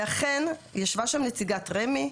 ואכן ישבה שם נציגת רמ"י,